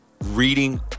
reading